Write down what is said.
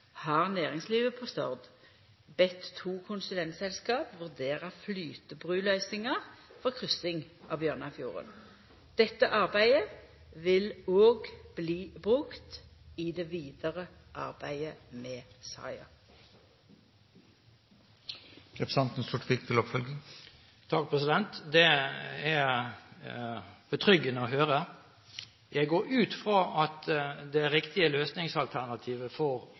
har næringslivet på Stord bede to konsulentselskap vurdera flytebruløysingar for kryssing av Bjørnafjorden. Dette arbeidet vil også bli brukt i det vidare arbeidet med saka. Det er betryggende å høre. Jeg går ut fra at det riktige løsningsalternativet for